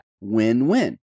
win-win